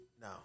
No